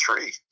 three